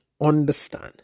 understand